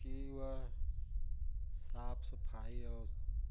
की वह साफ सफाई और